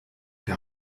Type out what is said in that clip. der